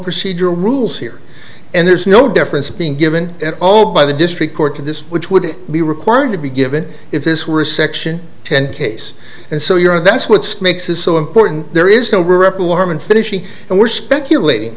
procedural rules here and there's no difference being given at all by the district court at this which would be required to be given if this were a section ten case and so you're and that's what's makes is so important there is no rep warman finishing and we're speculating